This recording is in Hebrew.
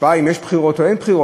השפעה אם יש בחירות או אין בחירות.